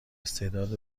استعداد